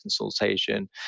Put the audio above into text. consultation